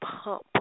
pump